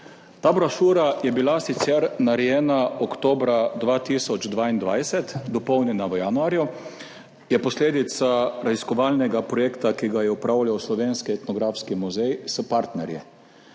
Ta brošura je bila sicer narejena oktobra 2022, dopolnjena v januarju in je posledica raziskovalnega projekta, ki ga je opravljal Slovenski etnografski muzej s partnerji.